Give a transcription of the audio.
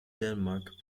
denmark